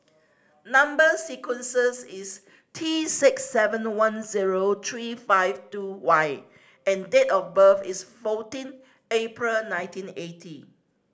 number sequences is T six seven one zero three five two Y and date of birth is fourteen April nineteen eighty